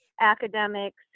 academics